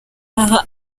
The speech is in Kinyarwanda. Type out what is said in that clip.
aha